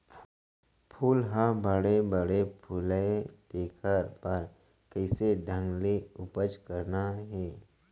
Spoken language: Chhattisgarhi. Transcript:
फूल ह बड़े बड़े फुलय तेकर बर कइसे ढंग ले उपज करना हे